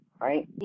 right